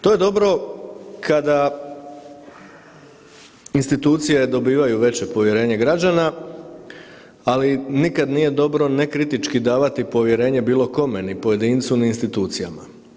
To je dobro kada institucije dobivaju veće povjerenje građana, ali nikad nije dobro nekritički davati povjerenje bilo kome, ni pojedincu ni institucijama.